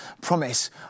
promise